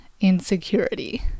insecurity